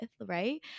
right